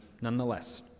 nonetheless